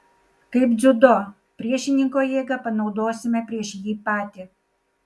kaip dziudo priešininko jėgą panaudosime prieš jį patį